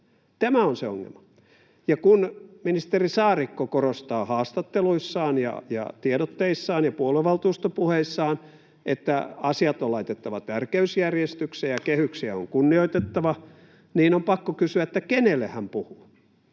Tämä on se ongelma, ja kun ministeri Saarikko korostaa haastatteluissaan ja tiedotteissaan ja puoluevaltuustopuheissaan, että asiat on laitettava tärkeysjärjestykseen ja kehyksiä on kunnioitettava, niin on pakko kysyä, kenelle hän puhuu,